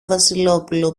βασιλόπουλο